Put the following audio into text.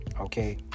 okay